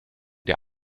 der